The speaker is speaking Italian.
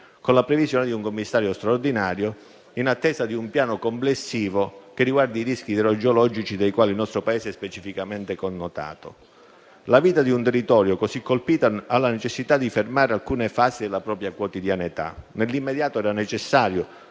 con la previsione di un Commissario straordinario, in attesa di un piano complessivo che riguardi i rischi idrogeologici dei quali il nostro Paese è specificatamente connotato. La vita di un territorio così colpito ha la necessità di fermare alcune fasi della propria quotidianità. Nell'immediato era necessario